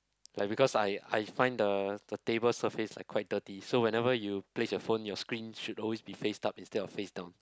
ya because I I find the the table surface like quite dirty so whenever you place your phone your screen should always be face up instead of face down